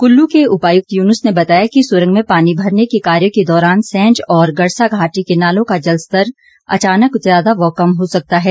कुल्लू के उपायुक्त यूनुस ने बताया कि सुरंग में पानी भरने के कार्य के दौरान सेंज और गड़सा घाटी के नालों का जल स्तर अचानक ज्यादा व कम हो सकता है